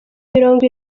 mirongo